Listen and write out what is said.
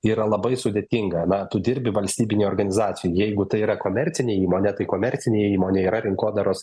yra labai sudėtinga na tu dirbi valstybinėj organizacijoj jeigu tai yra komercinė įmonė tai komercinėj įmonėj yra rinkodaros